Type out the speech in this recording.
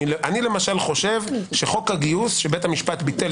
אני למשל חושב שחוק הגיוס שבית המשפט ביטל